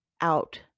out